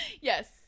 Yes